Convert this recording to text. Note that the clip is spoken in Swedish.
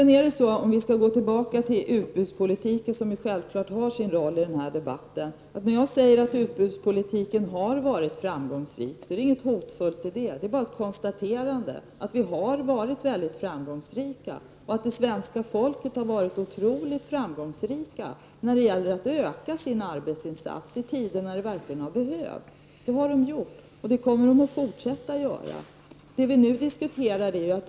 När jag säger att utbudspolitiken, som självfallet har sin roll i den här debatten, har varit framgångsrik ligger det inget hotfullt i det. Det är bara ett konstaterande av att vi har varit mycket framgångsrika och att det svenska folket har varit otroligt framgångsrikt när det gällt att öka arbetsinsatsen i tider när detta verkligen har behövts. Det har man gjort, och det kommer man att fortsätta att göra.